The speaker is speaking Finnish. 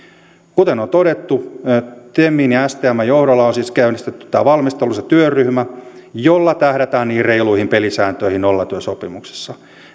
kuten on todettu temin ja stmn johdolla on siis käynnistetty tämä valmistelu se työryhmä jolla tähdätään niihin reiluihin pelisääntöihin nollatyösopimuksissa